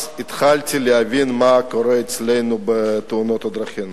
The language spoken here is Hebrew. אז התחלתי להבין מה קורה אצלנו בתאונות הדרכים.